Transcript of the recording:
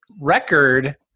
record